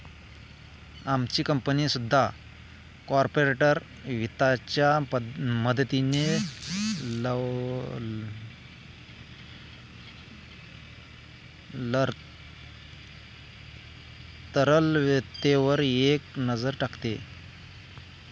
आमची कंपनी सुद्धा कॉर्पोरेट वित्ताच्या मदतीने तरलतेवर एक नजर टाकते